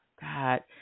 god